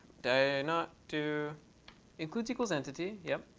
did i not to include equals entity, yep.